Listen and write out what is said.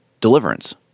deliverance